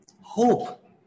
Hope